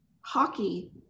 hockey